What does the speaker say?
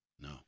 No